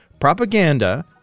Propaganda